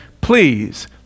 please